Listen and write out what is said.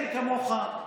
אין כמוך,